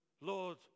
Lord